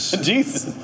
Jesus